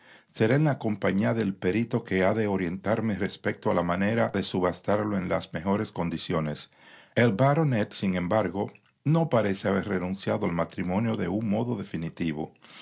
será en la compañía del perito que ha de orientarme respecto a la manera de subastarlo en la mejores condiciones el baronet sin embargo no j parece haber renunciado al matrimonio de un modo definitivo